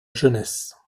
jeunesse